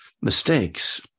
mistakes